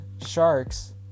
sharks